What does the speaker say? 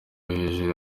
hejuru